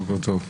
בוקר טוב.